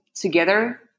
together